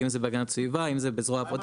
בהכנת הסביבה או בזרוע העבודה.